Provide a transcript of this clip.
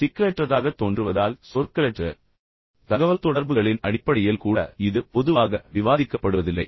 இது சிக்கலற்றதாகத் தோன்றுவதால் சொற்களற்ற தகவல்தொடர்புகளின் அடிப்படையில் கூட இது பொதுவாக விவாதிக்கப்படுவதில்லை